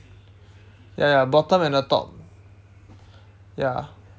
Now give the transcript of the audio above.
ya ya bottom and the top ya